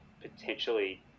potentially